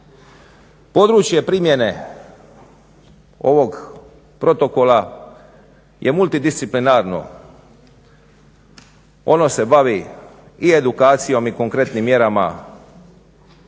Područje primjene ovog protokola je multidisciplinarno. Ono se bavi i edukacijom i konkretnim mjerama uvođenjem